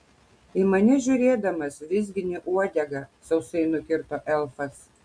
į mane žiūrėdamas vizgini uodegą sausai nukirto elfas